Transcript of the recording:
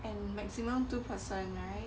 and maximum two person right